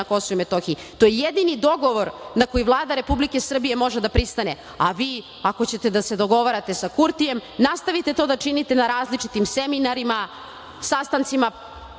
na KiM. To je jedini dogovor na koji Vlada Republike Srbije može da pristane, a vi, ako ćete da se dogovarate sa Kurtijem, nastavite to da činite na različitim seminarima, sastancima